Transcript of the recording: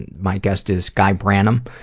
and my guest is guy branum,